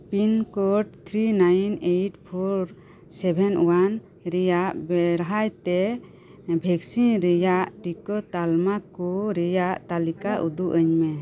pincode three nine eight four seven one ᱨᱮᱭᱟᱜ ᱵᱮᱲᱦᱟᱭ ᱛᱮ ᱵᱷᱮᱠᱥᱤᱱ ᱨᱮᱭᱟᱜ ᱴᱤᱠᱟᱹ ᱛᱟᱞᱢᱟ ᱠᱚ ᱨᱮᱭᱟᱜ ᱛᱟᱞᱤᱠᱟ ᱩᱫᱩᱜ ᱟᱹᱧ ᱢᱮ